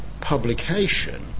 publication